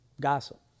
Gossip